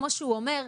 כמו שהוא אומר,